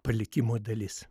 palikimo dalis